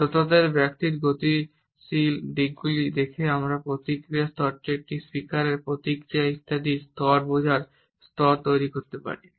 শ্রোতাদের ব্যক্তিত্বের গতিশীল দিকগুলি দেখে আমরা প্রতিক্রিয়ার স্তরটি একটি স্পিকারের প্রতিক্রিয়া ইত্যাদির স্তর বোঝার স্তর তৈরি করতে পারি